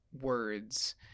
words